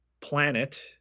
planet